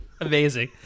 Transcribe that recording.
Amazing